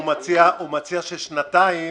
הוא מציע ששנתיים